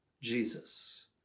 Jesus